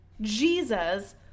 Jesus